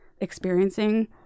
experiencing